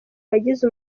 bagize